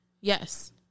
yes